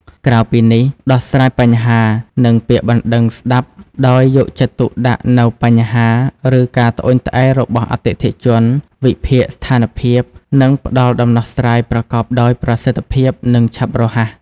ក្រៅពីនេះ ដោះស្រាយបញ្ហា និងពាក្យបណ្ដឹងស្ដាប់ដោយយកចិត្តទុកដាក់នូវបញ្ហា ឬការត្អូញត្អែររបស់អតិថិជន វិភាគស្ថានភាព និងផ្ដល់ដំណោះស្រាយប្រកបដោយប្រសិទ្ធភាព និងឆាប់រហ័ស។